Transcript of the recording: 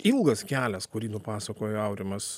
ilgas kelias kurį nupasakojo aurimas